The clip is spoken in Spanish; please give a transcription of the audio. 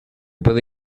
puede